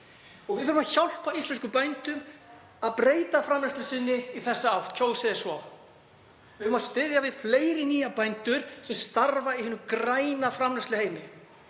Við þurfum að hjálpa íslenskum bændum að breyta framleiðslu sinni í þessa átt, kjósi þeir svo. Við eigum að styðja við fleiri nýja bændur sem starfa í hinum græna framleiðsluheimi.